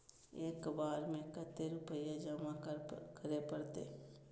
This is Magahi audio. एक बार में कते रुपया जमा करे परते?